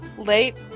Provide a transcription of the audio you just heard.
Late